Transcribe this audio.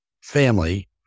family